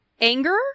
Anger